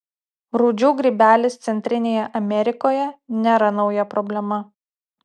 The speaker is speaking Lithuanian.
rūdžių grybelis centrinėje amerikoje nėra nauja problema